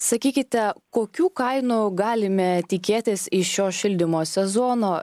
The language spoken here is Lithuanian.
sakykite kokių kainų galime tikėtis iš šio šildymo sezono